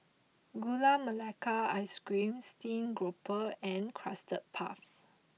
Gula Melaka Ice Cream Steamed Grouper and Custard Puff